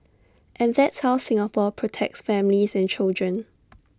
and that's how Singapore protects families and children